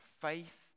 faith